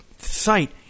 site